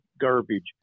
garbage